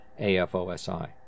AFOSI